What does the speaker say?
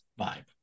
vibe